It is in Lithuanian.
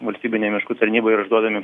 valstybinei miškų tarnybai yra išduodami